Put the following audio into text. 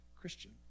Christian